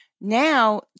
Now